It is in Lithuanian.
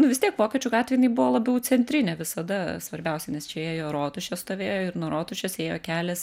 nu vis tiek vokiečių gatvė jinai buvo labiau centrinė visada svarbiausia nes čia ėjo rotušė stovėjo ir nuo rotušės ėjo kelias